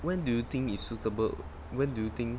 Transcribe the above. when do you think is suitable when do you think